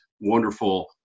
wonderful